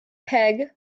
peg